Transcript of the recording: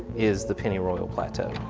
is the pennyroyal plateau.